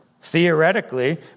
theoretically